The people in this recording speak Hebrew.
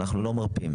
אנחנו לא מרפים.